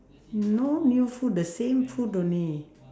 no new food the same food only